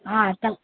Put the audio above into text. हा त